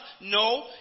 No